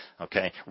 Okay